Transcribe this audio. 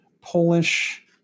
Polish